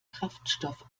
kraftstoff